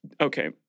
Okay